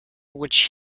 which